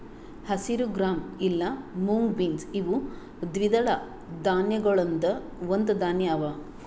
ಹಸಿರು ಗ್ರಾಂ ಇಲಾ mung beans ಇವು ದ್ವಿದಳ ಧಾನ್ಯಗೊಳ್ದಾಂದ್ ಒಂದು ಧಾನ್ಯ ಅವಾ